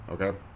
Okay